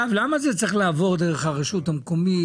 אגב, למה זה צריך לעבור דרך הרשות המקומית?